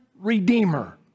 redeemer